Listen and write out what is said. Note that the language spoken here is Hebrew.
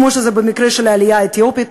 כמו שזה במקרה של העלייה האתיופית,